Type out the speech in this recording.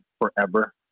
forever